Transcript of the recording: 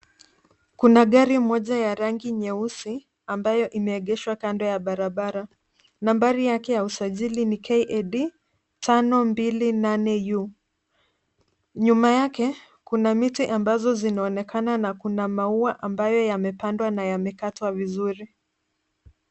Kuna gari moja ya rangi nyeusi, ambayo imeegeshwa kando ya barabara. Nambari yake ya usajili ni KAD 528U. Nyuma yake kuna miti ambazo zinaonekana, na kuna maua ambayo yamepandwa na yamekatwa vizuri.